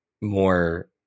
more